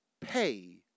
pay